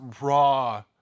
raw